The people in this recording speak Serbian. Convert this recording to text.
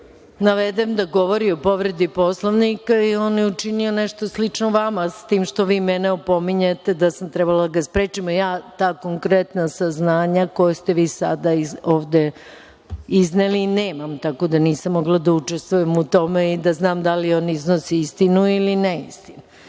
navedem da govori o povredi Poslovnika i on je učinio nešto slično vama, s tim što vi mene opominjete da sam trebala da ga sprečim, a ja ta konkretna saznanja koja ste vi sada ovde izneli nemam. Tako da nisam mogla da učestvujem u tome i da znam da li on iznosi istinu ili neistinu.